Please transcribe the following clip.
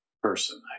person